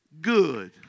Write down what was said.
good